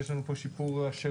יש לנו פה שיפור השירות,